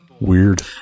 weird